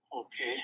Okay